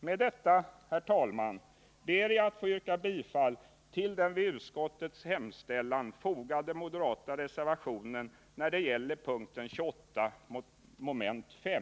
Med detta, herr talman, ber jag att få yrka bifall till den vid utskottets hemställan fogade reservationen beträffande p. 28 mom. 5.